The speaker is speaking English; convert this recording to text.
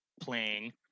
playing